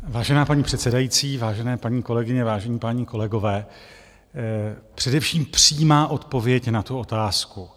Vážená paní předsedající, vážené paní kolegyně, vážení páni kolegové, především přímá odpověď na tu otázku.